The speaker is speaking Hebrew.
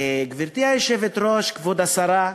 גברתי היושבת-ראש, כבוד השרה,